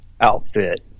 outfit